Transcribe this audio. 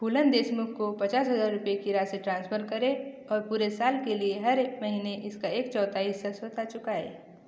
फूलन देशमुख को पचास हज़ार रुपये की राशि ट्रांसफ़र करें और पूरे साल के लिए हर महीने इसका एक चौथाई हिस्सा स्वतः चुकाएँ